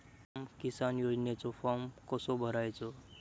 स्माम किसान योजनेचो फॉर्म कसो भरायचो?